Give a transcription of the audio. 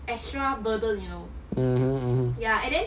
mmhmm mmhmm